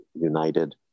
united